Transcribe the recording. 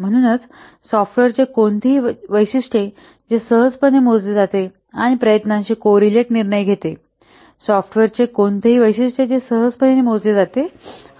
म्हणूनच सॉफ्टवेअरचे कोणतेही वैशिष्ट्य जे सहजपणे मोजले जाते आणि प्रयत्नांशी कोरिलेट निर्णय घेते सॉफ्टवेअरचे कोणतेही वैशिष्ट्य जे सहजपणे मोजले जाते